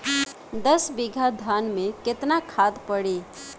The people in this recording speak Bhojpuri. दस बिघा धान मे केतना खाद परी?